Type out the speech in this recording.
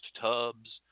tubs